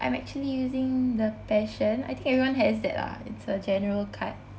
I'm actually using the Passion I think everyone has that lah it's a general card